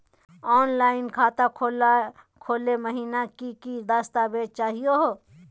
Online खाता खोलै महिना की की दस्तावेज चाहीयो हो?